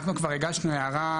אנחנו כבר הגשנו הערה,